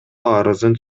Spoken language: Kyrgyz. арызын